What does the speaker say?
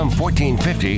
1450